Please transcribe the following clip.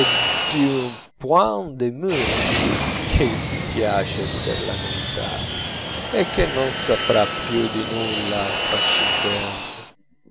che piace per la novità e che non saprà più di nulla fra cinque anni